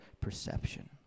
perception